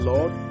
Lord